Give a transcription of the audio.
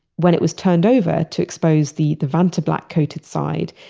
when it was turned over to expose the the vantablack coated side,